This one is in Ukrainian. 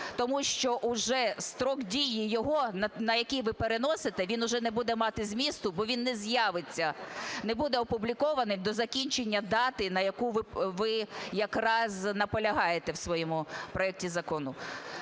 тому що уже строк дії його, на який ви переносите, він уже не буде мати змісту, бо він не з'явиться, не буде опублікований до закінчення дати, на якій ви якраз наполягаєте у своєму проекті закону.